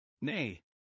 Nay